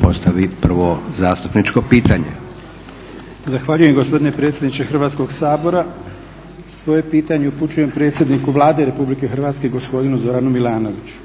postavi prvo zastupničko pitanje. **Hodžić, Nedžad (BDSH)** Zahvaljujem gospodine predsjedniče Hrvatskog sabora. Svoje pitanje upućujem predsjedniku Vlade Republike Hrvatske, gospodinu Zoranu Milanoviću.